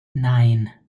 nine